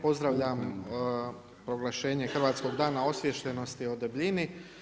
Pozdravljam proglašenje Hrvatskog dana osviještenosti o debljini.